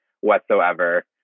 whatsoever